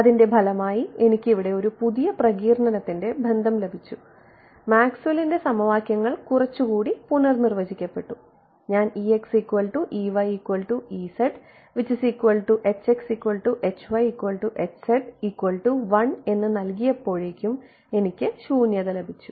അതിന്റെ ഫലമായി എനിക്ക് ഇവിടെ ഒരു പുതിയ പ്രകീർണനത്തിൻറെ ബന്ധം ലഭിച്ചു മാക്സ്വെല്ലിന്റെ സമവാക്യങ്ങൾ കുറച്ചുകൂടി പുനർനിർവചിക്കപ്പെട്ടു ഞാൻ എന്ന് നൽകിയപ്പോഴേയ്ക്കും എനിക്ക് ശൂന്യത ലഭിച്ചു